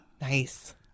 nice